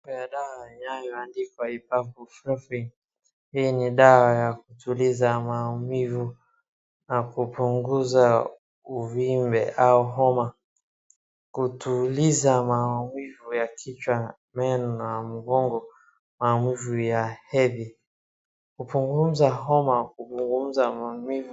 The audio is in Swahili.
Kuna dawa iliyoandikwa ibuprofen . Hii ni dawa ya kutuliza maumivu na kupunguza au homa ,kutuliza maumivu ya kichwa au homa na mgongona na maumivu ya hedhi.